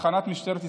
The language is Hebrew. בתחנת משטרת ישראל,